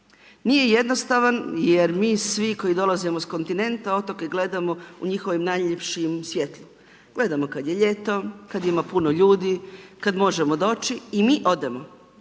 nije jednostavan jer mi svi koji dolazimo s kontinenta otoke gledamo u njihovim najljepšem svjetlu, gledamo kad je ljeto, kad ima puno ljudi, kad možemo doći i mi odemo.